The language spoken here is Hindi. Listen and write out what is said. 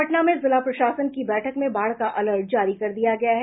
पटना में जिला प्रशासन की बैठक में बाढ़ का अलर्ट जारी कर दिया गया है